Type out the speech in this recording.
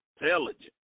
intelligent